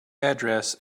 address